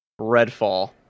Redfall